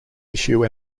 issue